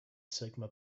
sigma